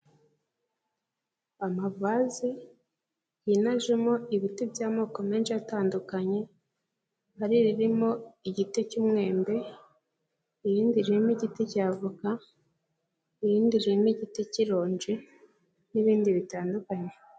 Amavaze yinajemo ibiti by'amoko menshi atandukanye hari irimo igiti cy'umwembe, irindi ririmo igiti cya avoka, irindi ririmo igiti k'ironji n'ibindi bitandukanye.